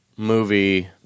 movie